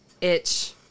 itch